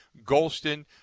Golston